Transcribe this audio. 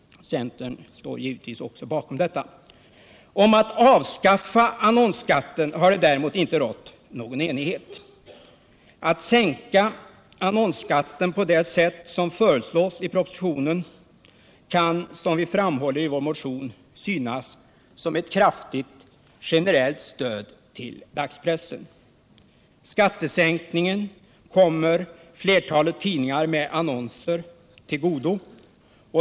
Det har däremot inte rått någon enighet om att avskaffa annonsskatten. Att sänka annonsskatten på det sätt som föreslås i propositionen kan, som vi framhåller i vår motion, se ut som ett kraftigt generellt stöd till dagspressen. Skattesänkningen kommer flertalet tidningar med annonser till godo.